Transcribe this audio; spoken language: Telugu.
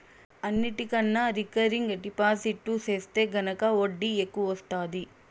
అన్నిటికన్నా రికరింగ్ డిపాజిట్టు సెత్తే గనక ఒడ్డీ ఎక్కవొస్తాది